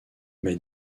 m’a